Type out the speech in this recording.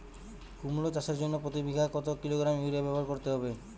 কুমড়ো চাষের জন্য প্রতি বিঘা কত কিলোগ্রাম ইউরিয়া ব্যবহার করতে হবে?